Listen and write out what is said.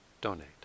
donate